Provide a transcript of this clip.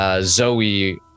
Zoe